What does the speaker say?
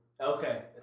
Okay